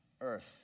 earth